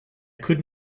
could